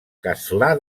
castlà